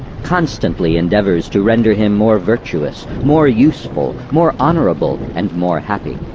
constantly endeavours to render him more virtuous, more useful, more honourable, and more happy.